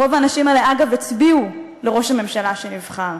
רוב האנשים האלה, אגב, הצביעו לראש הממשלה שנבחר.